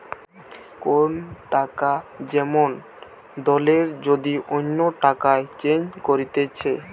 কোন টাকা যেমন দলের যদি অন্য টাকায় চেঞ্জ করতিছে